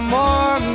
more